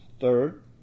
third